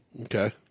Okay